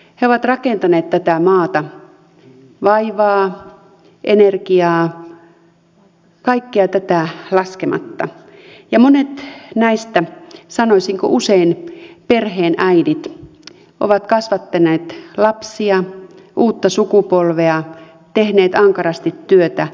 he ovat rakentaneet tätä maata vaivaa energiaa kaikkea tätä laskematta ja monet näistä sanoisinko usein perheenäidit ovat kasvattaneet lapsia uutta sukupolvea tehneet ankarasti työtä palkatta